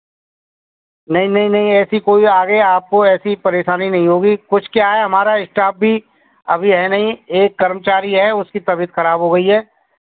नहीं नहीं नहीं ऐसी कोई आगे आपको ऐसी परेशानी नहीं होगी कुछ क्या है हमारा स्टाफ भी अभी है नहीं एक कर्मचारी है उसकी तबियत खराब हो गई है